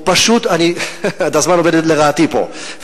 הזמן עובד לרעתי פה,